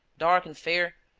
dark and fair.